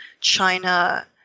China